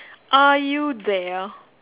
are you there